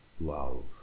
love